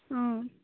অঁ